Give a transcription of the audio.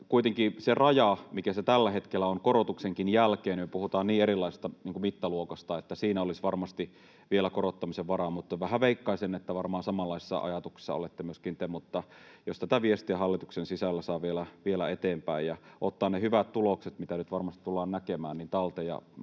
se raja, mikä se tällä hetkellä on korotuksenkin jälkeen, niin me puhutaan niin erilaisesta mittaluokasta, että siinä olisi varmasti vielä korottamisen varaa, mutta vähän veikkaisin, että varmaan samanlaisissa ajatuksissa olette myöskin te, mutta jos tätä viestiä hallituksen sisällä saa vielä eteenpäin ja ottaa talteen ne hyvät tulokset, mitä nyt varmasti tullaan näkemään, ja